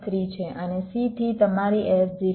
3 છે અને c થી તમારી એડ્જ 0